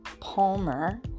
Palmer